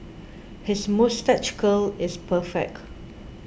his moustache curl is perfect